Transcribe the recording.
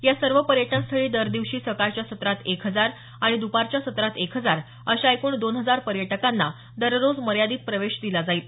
या सर्व पर्यटनस्थळी दर दिवशी सकाळच्या सत्रात एक हजार आणि द्पारच्या सत्रात एका हजार अशा एकूण दोन हजार पर्यटकांना दररोज मर्यादित प्रवेश दिला जाईल